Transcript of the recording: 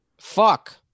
Fuck